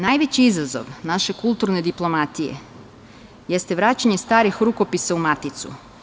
Najveći izazov naše kulturne diplomatije jeste vraćanje starih rukopisa u Maticu.